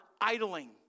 idling